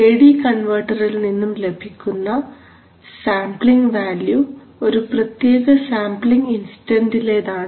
A D കൺവെർട്ടറിൽനിന്നും ലഭിക്കുന്ന sampling value ഒരു പ്രത്യേക സാംപ്ലിങ് ഇൻസ്റ്റന്റിലേതാണ്